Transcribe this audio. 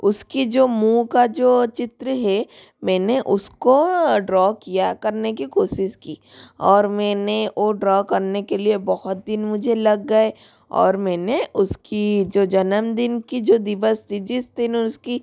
उसकी जो मुँह का जो चित्र है मैंने उसको ड्रॉ किया करने की कोशिश की और मैंने वो ड्रॉ करने के लिए बहुत दिन मुझे लग गए और मेने उसकी जो जन्मदिन का जो दिवस था जिस दिन उसका